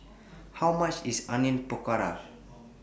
How much IS Onion Pakora